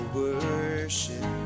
worship